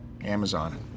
Amazon